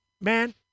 man